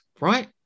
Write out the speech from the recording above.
right